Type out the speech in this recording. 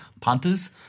punters